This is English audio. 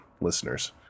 listeners